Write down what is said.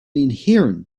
inherent